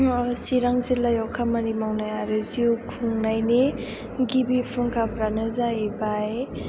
चिरां जिल्लायाव खामानि मावनाय आरो जिउ खुंनायनि गिबि फुंखाफ्रानो जाहैबाय